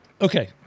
Okay